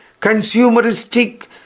consumeristic